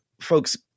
folks